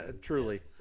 Truly